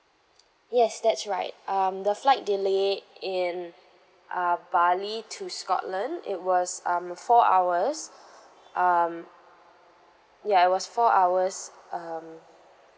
yes that's right um the flight delay in uh bali to scotland it was um four hours um ya it was four hours um